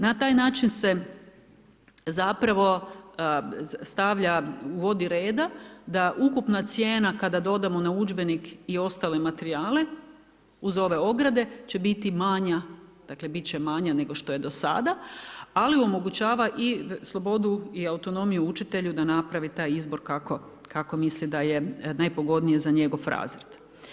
Na taj način se, zapravo, stavlja, uvodi reda da ukupna cijena kada dodamo na udžbenik i ostale materijale uz ove ograde, će biti manja, dakle bit će manja nego što je do sada, ali omogućava i slobodu i autonomiju učitelju da napravi taj izbor kako misli da je najpogodnije za njegov razred.